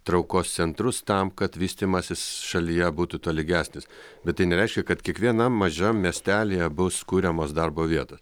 traukos centrus tam kad vystymasis šalyje būtų tolygesnis bet tai nereiškia kad kiekvienam mažam miestelyje bus kuriamos darbo vietos